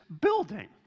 building